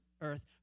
earth